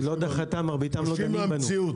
היא לא דחתה, מרביתם לא דנים בנו.